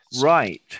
Right